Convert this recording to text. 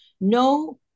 No